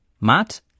Matt